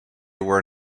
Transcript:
were